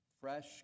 fresh